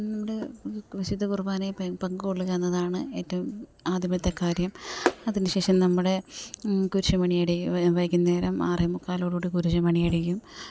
നമ്മുടെ വിശുദ്ധ കുർബാനേ പങ്കു കൊള്ളുകയെന്നതാണ് ഏറ്റവും ആദ്യത്തെ കാര്യം അതിനു ശേഷം നമ്മുടെ കുരിശ് മണിയടി വൈകുന്നേരം ആറേമുക്കാലോടു കൂടി കുരിശ് മണിയടിക്കും